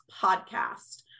podcast